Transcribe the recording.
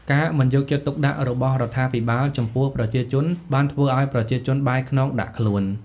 ការមិនយកចិត្តទុកដាក់របស់រដ្ឋាភិបាលចំពោះប្រជាជនបានធ្វើឲ្យប្រជាជនបែរខ្នងដាក់ខ្លួន។